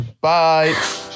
Bye